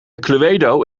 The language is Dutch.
cluedo